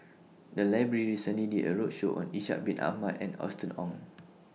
The Library recently did A roadshow on Ishak Bin Ahmad and Austen Ong